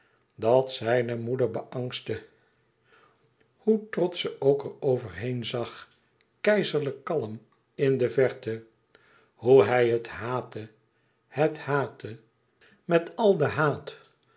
dat zijne moeder beangstte hoe trotsch ze ook er over heen zag keizerlijk kalm in de verte hoe hij het haatte het haatte met al den haat